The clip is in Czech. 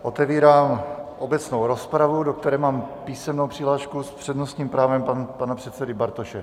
Otevírám obecnou rozpravu, do které mám písemnou přihlášku s přednostním právem pana předsedy Bartoše.